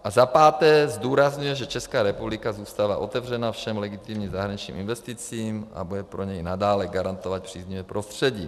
A za páté zdůrazňuje, že Česká republika zůstává otevřena všech legitimním zahraničním investicím a bude pro ně i nadále garantovat příznivé prostředí.